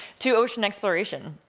to ocean exploration.